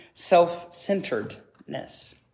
self-centeredness